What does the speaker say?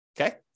Okay